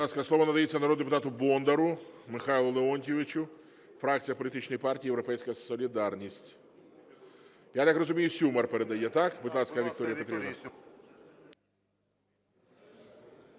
слово надається народному депутату Бондарю Михайлу Леонтійовичу, фракція політичної партії "Європейська солідарність". Я так розумію, Сюмар передає, так? Будь ласка, Вікторія Петрівна.